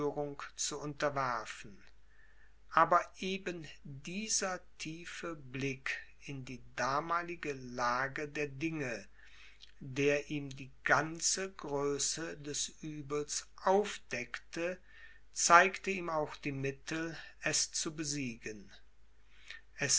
zu unterwerfen aber eben dieser tiefe blick in die damalige lage der dinge der ihm die ganze größe des uebels aufdeckte zeigte ihm auch die mittel es zu besiegen